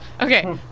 Okay